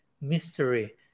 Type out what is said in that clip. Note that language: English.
mystery